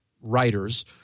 writers